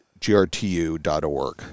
grtu.org